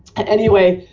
anyway,